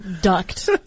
ducked